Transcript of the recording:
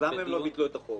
אז למה הם לא ביטלו את החוק?